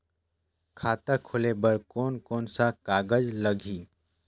खाता खुले बार कोन कोन सा कागज़ लगही?